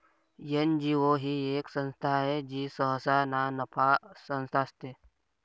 NGO ही एक संस्था आहे जी सहसा नानफा संस्था असते